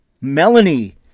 Melanie